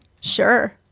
Sure